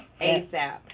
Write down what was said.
ASAP